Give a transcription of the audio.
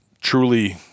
truly